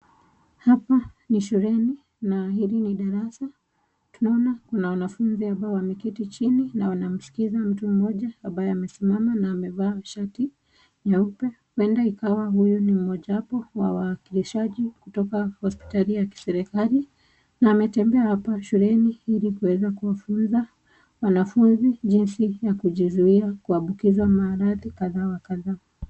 Hapa ni shuleni na hili ni darasa. Tunaona kuna wanafunzi ambao wameketi chini na wanamskiza mtu mmoja ambaye amesimama na amevaa shati nyeupe. Huenda ikawa huyu ni mmojawapo wa waakilishaji kutoka hospitali ya kiserikali. Na ametembea hapa shuleni ili kuweza kuwafunza wanafunzi jinsi ya kujizuia kuambukiza maradhi kadhaa wa kadhaa.